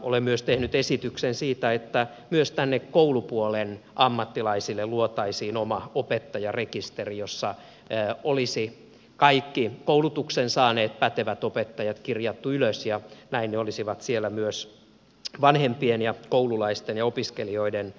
olen myös tehnyt esityksen siitä että myös koulupuolen ammattilaisille luotaisiin oma opettajarekisteri jossa olisi kaikki koulutuksen saaneet pätevät opettajat kirjattu ylös ja näin he olisivat siellä myös vanhempien koululaisten ja opiskelijoiden nähtävissä